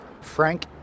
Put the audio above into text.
Frank